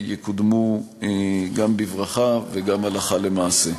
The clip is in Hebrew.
יקודמו גם בברכה וגם הלכה למעשה.